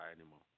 anymore